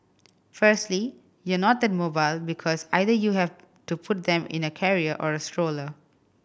firstly you're not that mobile because either you have to put them in a carrier or a stroller